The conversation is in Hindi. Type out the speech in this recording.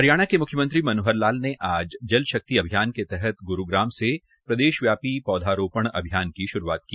हरियाणा के मुख्यमंत्री श्री मनोहर लाल ने आज जल शक्ति अभियान के तहत गुरुग्राम से प्रदेशव्यापी पौधारोपण अभियान की शुरूआत की